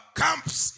camps